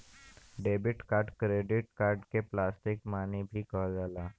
debit card credit card के plastic money भी कहल जाला